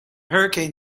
hurricane